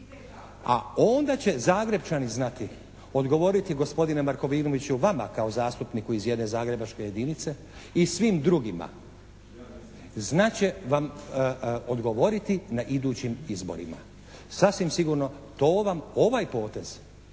A onda će Zagrepčani znati odgovoriti gospodine Markovinoviću vama kao zastupniku iz jedne zagrebačke jedinice i svim drugima. Znat će vam odgovoriti na idućim izborima. Sasvim sigurno to vam ovaj potez,